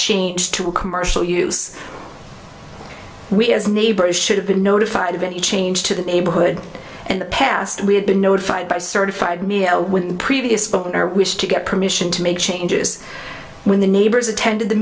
changed to a commercial use we as neighbors should have been notified of any change to the neighborhood in the past we had been notified by certified mail with previous owner wish to get permission to make changes when the neighbors attended the